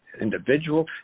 individual